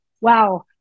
wow